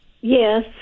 Yes